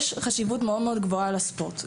יש חשיבות מאוד גבוהה לספורט,